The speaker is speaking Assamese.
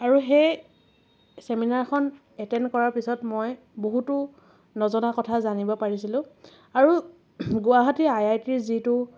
আৰু সেই চেমিনাৰখন এটেণ্ড কৰাৰ পিছত মই বহুতো নজনা কথা জানিব পাৰিছিলোঁ আৰু গুৱাহাটীৰ আই আই টিৰ যিটো